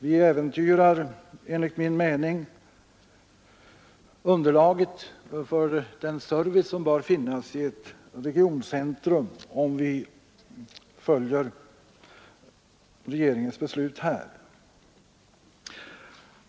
Vi äventyrar enligt min mening underlaget för den service som bör finnas i ett regioncentrum, om Vi följer regeringens förslag.